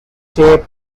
shaped